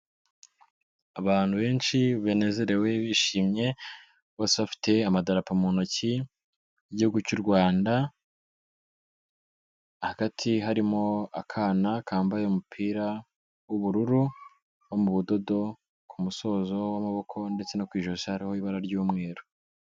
Abantu benshi banezerewe, bishimye, bose bafite amadarapo mu ntoki y'igihugu cy'u Rwanda, hagati harimo akana kambaye umupira w'ubururu wo mu budodo, ku musozo w'amaboko ndetse no ku ijosha hariho ibara ry'umweru.